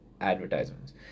advertisements